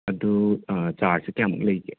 ꯑꯗꯣ ꯆꯥꯔꯁꯁꯦ ꯀꯌꯥꯃꯨꯛ ꯂꯩꯒꯦ